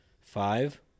Five